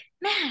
man